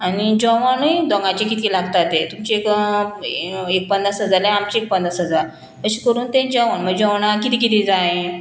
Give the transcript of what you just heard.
आनी जेवणूय दोंगायचें कितकें लागता तें तुमचे एक पन्नास हजार जाल्यार आमचे एक पन्नास हजार अशें करून तें जेवण मागीर जेवणां कितें कितें जाय